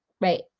right